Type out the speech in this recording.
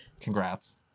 congrats